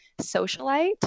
socialite